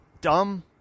dumb